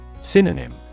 Synonym